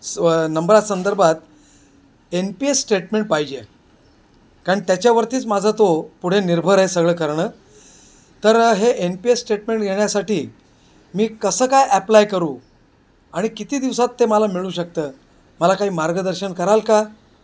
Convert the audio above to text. स्व नंबरा संदर्भात एन पी एस स्टेटमेंट पाहिजे कारण त्याच्यावरतीच माझा तो पुढे निर्भर आहे सगळं करणं तर हे एन पी एस स्टेटमेंट येण्यासाठी मी कसं काय ॲप्लाय करू आणि किती दिवसात ते मला मिळू शकतं मला काही मार्गदर्शन कराल का